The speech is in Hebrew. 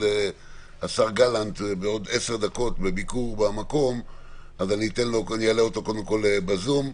השר גלנט בעוד 10 דקות שיבקר אצלו ולכן אני אעלה אותו ב-זום,